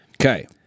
Okay